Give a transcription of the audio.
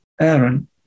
Aaron